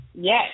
Yes